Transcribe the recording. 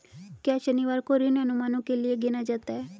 क्या शनिवार को ऋण अनुमानों के लिए गिना जाता है?